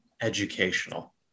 educational